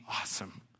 awesome